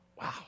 Wow